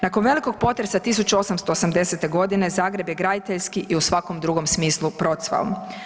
Nakon velikog potresa 1880. godine Zagreb je graditeljski i u svakom drugom smislu procvao.